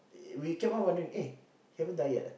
we kept on wondering eh he haven't die yet ah